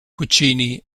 puccini